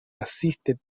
asiste